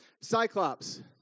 Cyclops